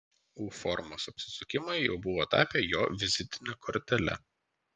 u formos apsisukimai jau buvo tapę jo vizitine kortele